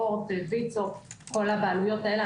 אורט, ויצ"ו, כל הבעלויות האלה.